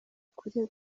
akwiriye